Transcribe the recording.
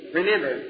remember